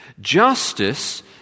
Justice